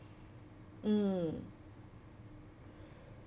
mm